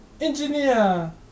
Engineer